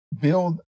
Build